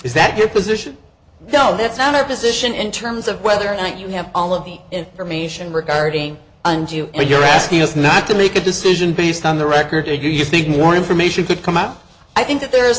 is that your position though that's not our position in terms of whether or not you have all of the information regarding and you know you're asking us not to make a decision based on the record or do you think more information could come out i think that there is